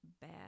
Bad